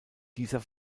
dieser